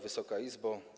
Wysoka Izbo!